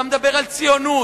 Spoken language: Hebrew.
אתה מדבר על ציונות,